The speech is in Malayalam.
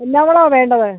എന്നാ വളമാ വേണ്ടത്